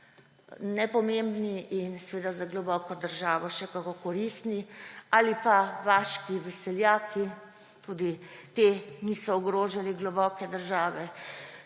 nepomembni in za globoko državo še kako koristni ali pa vaški veseljaki, tudi ti niso ogrožali globoke države,